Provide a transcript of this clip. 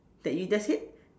that you just said